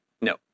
No